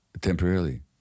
Temporarily